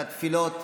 על התפילות,